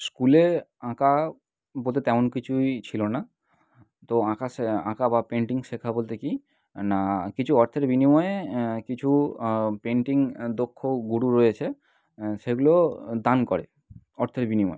স্কুলে আঁকা বলতে তেমন কিছুই ছিলো না তো আঁকা শে আঁকা বা পেন্টিং শেখা বলতে কী না কিছু অর্থের বিনিময়ে কিছু পেন্টিং দক্ষ গুরু রয়েছে সেগুলো দান করে অর্থের বিনিময়ে